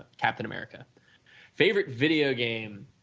ah captain america favorite video game,